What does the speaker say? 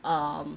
um